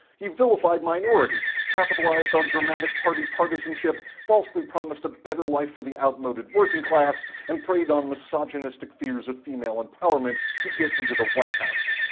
he vilified minorities, capitalized on dramatic party partisanship, falsely promised a better life for the outmoded working class, and preyed on misogynistic fears of female empowerment to get into the whitehouse.